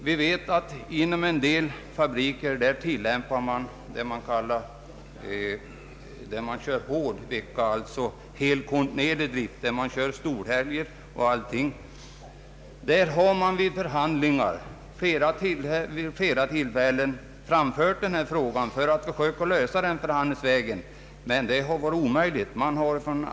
Vid en del fabriker, där det tillämpas vad som brukar kallas hård vecka, d.v.s. skiftarbete även på storhelger och liknande, har den frågan upptagits till förhandlingar flera gånger, men det har varit omöjligt att komma fram till en lösning.